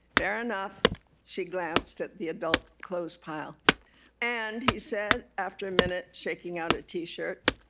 fair enough she glanced at the adult clothes pile and he said, after a minute, shaking out a t-shirt,